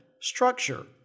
structure